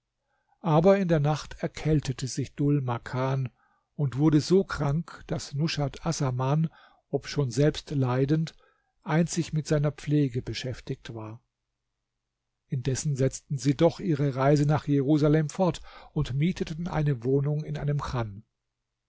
aber in der nacht erkältete sich dhul makan und wurde so krank daß nushat assaman obschon selbst leidend einzig mit seiner pflege beschäftigt war indessen setzten sie doch ihre reise nach jerusalem fort und mieteten eine wohnung in einem chan